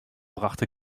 brachte